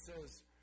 says